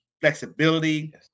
flexibility